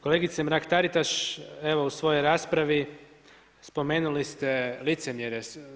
Kolegice Mrak-Taritaš, evo u svojoj raspravi spomenuli ste licemjere.